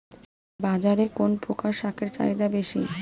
বাজারে কোন প্রকার শাকের চাহিদা বেশী?